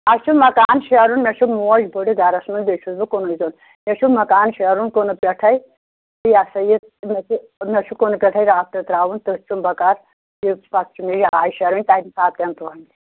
اَسہِ چھُ مکان شیرُن مےٚ چھُ موج بٔڑٕ گَرَس منٛز بیٚیہِ چھُس بہٕ کُنُے زوٚن مےٚ چھُ مکان شیرُن کٕنہٕ پٮ۪ٹھَے یہِ ہسا یہِ مےٚ چھُ مےٚ چھُ کٕنہٕ پٮ۪ٹھَے رافٹ ترٛاوُن تٔتھۍ چھُم بَکار یہِ پَتہٕ چھُ مےٚ یِہوٚے شیرٕنۍ تَمہِ ساتہٕ کٮ۪ن دۄہن